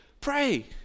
pray